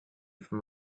from